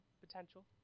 potential